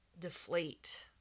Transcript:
deflate